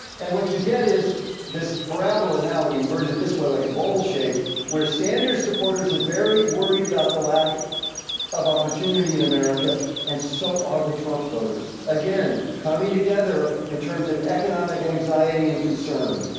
and what you get is this parabola, now inverted this way like a bowl shape where sanders supporters are very worried about the lack of opportunity in america and so are the trump voters. again, coming together in terms of economic anxiety and concern.